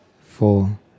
four